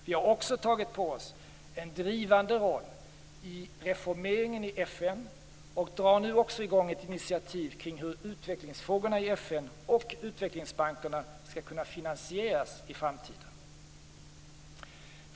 Vi har också tagit på oss en drivande roll i reformeringen i FN och drar nu också i gång ett initiativ kring hur utvecklingsfrågorna i FN och utvecklingsbankerna skall kunna finansieras i framtiden.